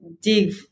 dig